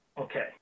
Okay